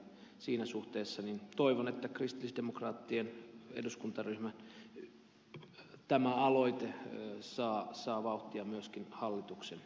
siinä suhteessa toivon että tämä kristillisdemokraattien eduskuntaryhmän aloite saa vauhtia myöskin hallituksen toimiin